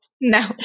No